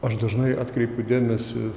aš dažnai atkreipiu dėmesį